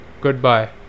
Goodbye